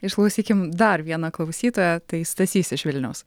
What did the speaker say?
išklausykim dar vieną klausytoją tai stasys iš vilniaus